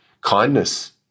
Kindness